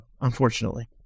unfortunately